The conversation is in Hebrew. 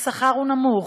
השכר הוא נמוך.